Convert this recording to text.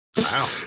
Wow